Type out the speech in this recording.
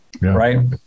right